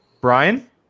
Brian